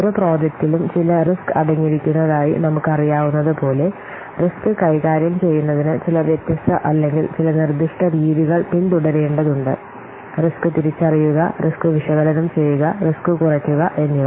ഓരോ പ്രോജക്റ്റിലും ചില റിസ്ക് അടങ്ങിയിരിക്കുന്നതായി നമുക്കറിയാവുന്നതുപോലെ റിസ്ക് കൈകാര്യം ചെയ്യുന്നതിന് ചില വ്യത്യസ്ത അല്ലെങ്കിൽ ചില നിർദ്ദിഷ്ട രീതികൾ പിന്തുടരേണ്ടതുണ്ട് റിസ്ക് തിരിച്ചറിയുക റിസ്ക് വിശകലനം ചെയ്യുക റിസ്ക് കുറയ്ക്കുക എന്നിവ